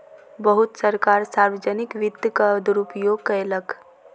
बहुत सरकार सार्वजनिक वित्तक दुरूपयोग कयलक